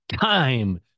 time